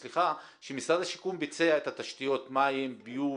שמשרד השיכון ביצע את תשתיות המים, ביוב,